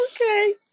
okay